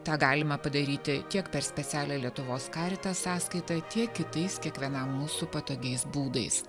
tą galima padaryti tiek per specialią lietuvos caritas sąskaitą tiek kitais kiekvienam mūsų patogiais būdais